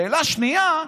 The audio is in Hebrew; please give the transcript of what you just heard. שאלה שנייה,